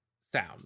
sound